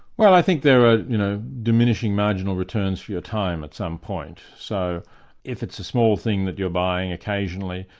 well, i think there are you know diminishing marginal returns for your time at some point. so if it's a small thing that you're buying occasionally,